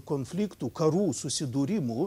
konfliktų karų susidūrimų